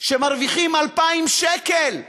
שמרוויחים 2,000 שקל,